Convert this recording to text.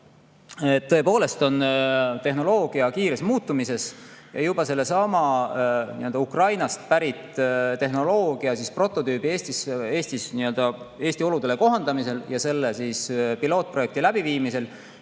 Tõepoolest, tehnoloogia muutub kiiresti. Juba sellesama Ukrainast pärit tehnoloogia prototüübi Eesti oludele kohandamise ajal, selle pilootprojekti läbiviimise